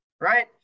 right